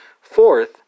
Fourth